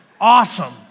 Awesome